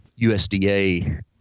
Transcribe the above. USDA